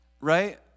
Right